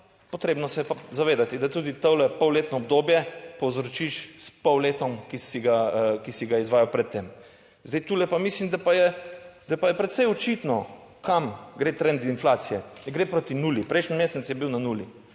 Potrebno se je pa zavedati, da tudi to polletno obdobje povzročiš s pol letom, ki si ga, ki si ga izvajal pred tem. Zdaj, tule pa mislim, da pa je, da pa je precej očitno, kam gre trend inflacije, gre proti nuli, prejšnji mesec je bil na nuli.